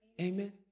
Amen